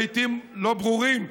לעיתים לא ברורים,